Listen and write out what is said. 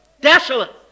Desolate